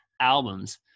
albums